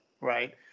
right